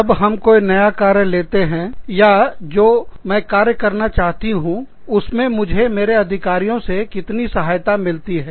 जब हम कोई नया कार्य लेते हैं या मैं जो कार्य करना चाहती हूँ उसमें मुझे मेरे अधिकारियों से कितनी सहायता मिलती है